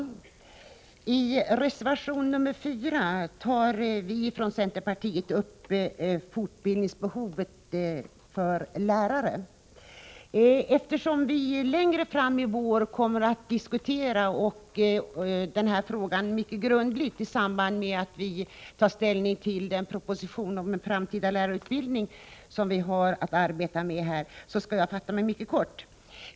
Fru talman! I reservation nr 4 tar vi från centerpartiet upp fortbildningsbehovet för lärare. Eftersom vi längre fram i vår kommer att diskutera den här frågan mycket grundligt i samband med att vi tar ställning till den proposition om en framtida lärarutbildning som vi har att arbeta med, skall jag fatta mig mycket kort.